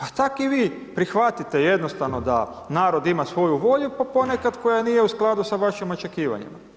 A tak' i vi, prihvatite jednostavno da narod ima svoju volju, pa ponekad koja nije u skladu sa vašim očekivanjima.